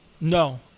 no